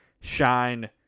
shine